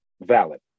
valid